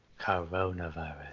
Coronavirus